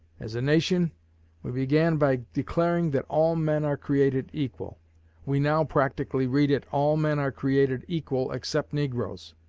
as a nation we began by declaring that all men are created equal we now practically read it all men are created equal, except negroes